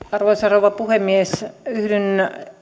arvoisa rouva puhemies yhdyn